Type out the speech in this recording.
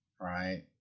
right